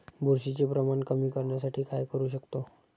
बुरशीचे प्रमाण कमी करण्यासाठी काय करू शकतो?